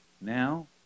now